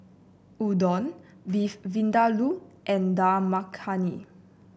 Udon Beef Vindaloo and Dal Makhani